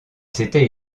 c’était